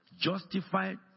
justified